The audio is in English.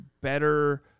better